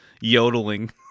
yodeling